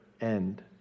end